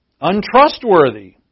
Untrustworthy